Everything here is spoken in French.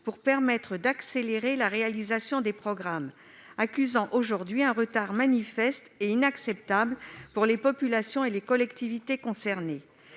pour permettre d'accélérer la réalisation des programmes, laquelle accuse aujourd'hui un retard manifeste et inacceptable pour les populations et les collectivités concernées.